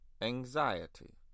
Anxiety